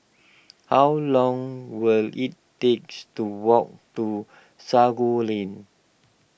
how long will it takes to walk to Sago Lane